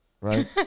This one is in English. right